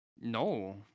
no